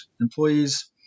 employees